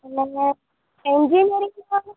અને ઍન્જીનિયરિંગમાં